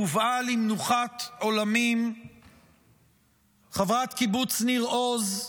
הובאה למנוחת עולמים חברת קיבוץ ניר עוז,